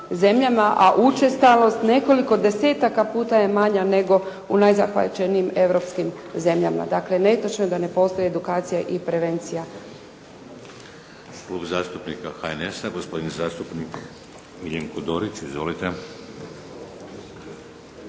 a učestalost nekoliko desetaka puta je manja nego u najzahvaćenijim europskim zemljama. Dakle, netočno je da ne postoji edukacija i prevencija.